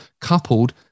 coupled